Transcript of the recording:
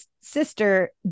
sister